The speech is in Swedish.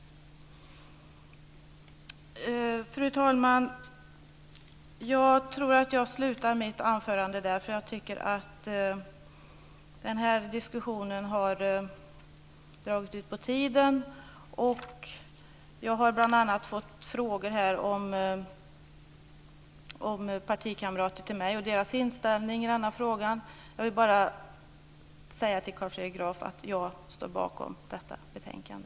Fru talman! Jag slutar mitt anförande här, för jag tycker att den här diskussionen har dragit ut på tiden. Jag har bl.a. fått frågor om partikamrater till mig och deras inställning i denna fråga. Jag vill bara säga till Carl Fredrik Graf att jag står bakom detta betänkande.